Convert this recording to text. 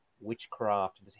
witchcraft